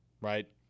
right